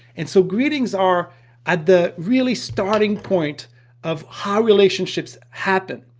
and so greetings are at the really starting point of how relationships happen.